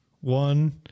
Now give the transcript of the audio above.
One